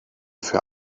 für